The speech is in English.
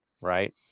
right